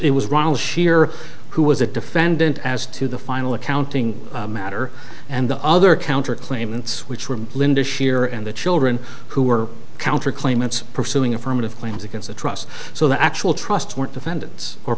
it was wrong was sheer who was a defendant as to the final accounting matter and the other counter claimants which were linda shear and the children who were counter claimants pursuing affirmative claims against the trust so that actual trusts weren't defendants or